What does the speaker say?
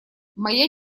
моя